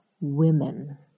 women